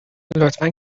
لطفا